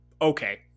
Okay